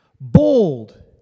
Bold